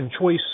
Choice